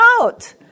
out